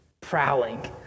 prowling